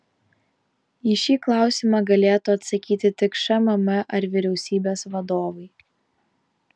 į šį klausimą galėtų atsakyti tik šmm ar vyriausybės vadovai